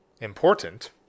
important